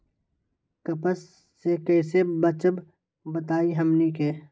कपस से कईसे बचब बताई हमनी के?